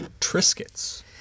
Triscuits